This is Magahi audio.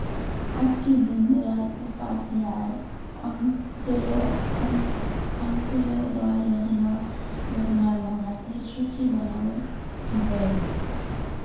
आजके दीन दयाल उपाध्याय अंत्योदय योजना र लाभार्थिर सूची बनाल गयेल